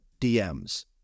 DMs